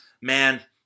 man